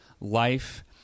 life